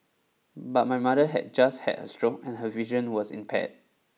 but my mother had just had a stroke and her vision was impaired